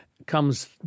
comes